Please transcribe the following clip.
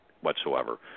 whatsoever